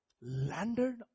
landed